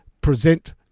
present